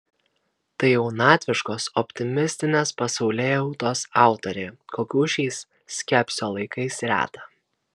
tai jaunatviškos optimistinės pasaulėjautos autorė kokių šiais skepsio laikais reta